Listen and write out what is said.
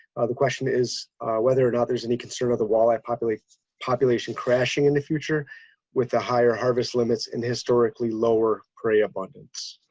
the question is whether and or any concern of the walleye population population crashing in the future with the higher harvest limits and historically lower prey abundance.